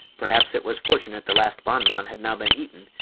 perhaps it was fortunate the last bonbon had now been eaten,